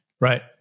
Right